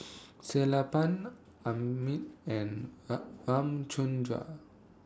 Sellapan Amit and Ramchundra